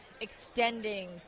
extending